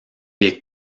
est